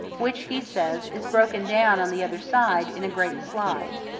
which, he says, is broken down on the other side in a great slide,